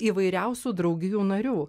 įvairiausių draugijų narių